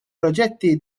proġetti